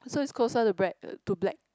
so it's closer to bread to black